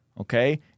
okay